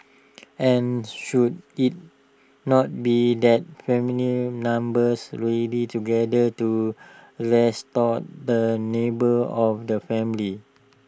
and should IT not be that family numbers really together to restore the neighbor of the family